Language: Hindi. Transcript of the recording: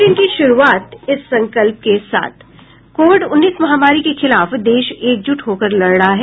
बुलेटिन की शुरूआत इस संकल्प के साथ कोविड उन्नीस महामारी के खिलाफ देश एकजुट होकर लड़ रहा है